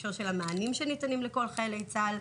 בהקשר של המענים שניתנים לכל חיילי צה"ל,